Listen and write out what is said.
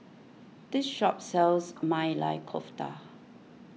this shop sells Maili Kofta